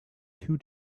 two